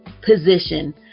position